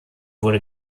wurde